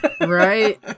right